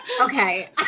Okay